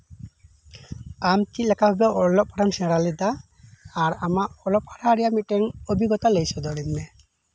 ᱟᱢ ᱪᱮᱫ ᱞᱮᱠᱟ ᱵᱷᱟᱵᱮ ᱚᱞᱚᱜ ᱯᱟᱲᱦᱟᱜ ᱮᱢ ᱥᱮᱬᱟ ᱞᱮᱫᱟ ᱟᱨ ᱟᱢᱟᱜ ᱚᱞᱚᱜ ᱯᱟᱲᱦᱟᱜ ᱨᱮᱭᱟᱜ ᱚᱵᱷᱤᱜᱽᱜᱚᱛᱟ ᱞᱟᱹᱭ ᱥᱚᱫᱚᱨ ᱟᱹᱧ ᱢᱮ